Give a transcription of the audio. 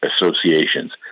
associations